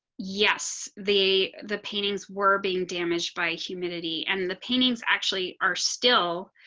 yes. the, the paintings were being damaged by humidity and the paintings actually are still